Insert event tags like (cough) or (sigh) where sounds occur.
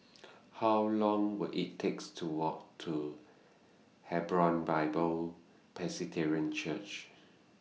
How Long Will IT takes to Walk to Hebron Bible (unintelligible) Church